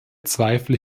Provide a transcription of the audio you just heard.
zweifel